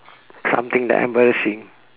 something that I embarrassing